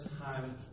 time